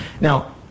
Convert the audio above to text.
Now